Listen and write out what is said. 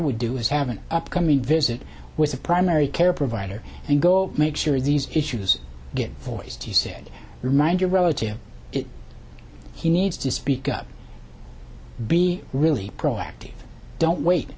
would do is have an upcoming visit with a primary care provider and go make sure these issues get voiced you said remind your relative he needs to speak up be really proactive don't wait